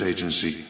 Agency